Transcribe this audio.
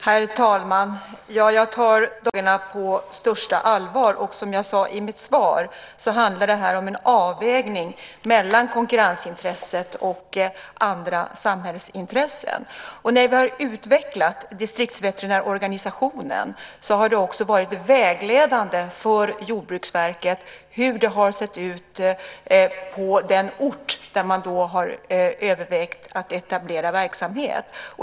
Herr talman! Jag tar de här frågorna på största allvar. Som jag sade i mitt svar handlar det här om en avvägning mellan konkurrensintresset och andra samhällsintressen. När vi har utvecklat distriktsveterinärorganisationen har det också varit vägledande för Jordbruksverket hur det har sett ut på den ort där man har övervägt att etablera verksamhet.